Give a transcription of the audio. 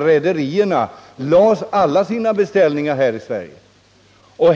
rederierna lade alla sina beställningar här i Sverige.